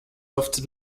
oft